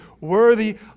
worthy